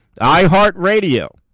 iHeartRadio